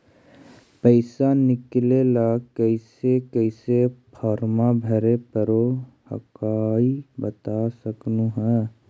पैसा निकले ला कैसे कैसे फॉर्मा भरे परो हकाई बता सकनुह?